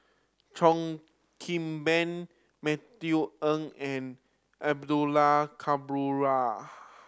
Cheo Kim Ban Matthew Ngui and Abdullah